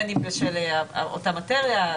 בין אם אותה מטריה,